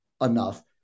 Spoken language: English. enough